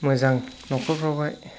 मोजां न'खरफ्रावहाय